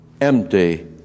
empty